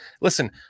listen